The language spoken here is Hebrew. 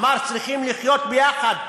אמר: צריכים לחיות יחד,